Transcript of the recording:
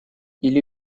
или